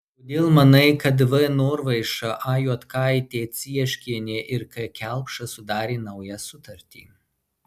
kodėl manai kad v norvaiša a juodkaitė cieškienė ir k kelpšas sudarė naują sutartį